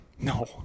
No